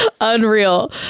unreal